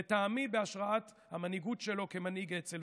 לטעמי בהשראת המנהיגות שלו כמנהיג אצ"ל,